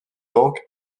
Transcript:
donc